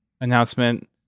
announcement